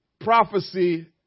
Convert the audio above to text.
Prophecy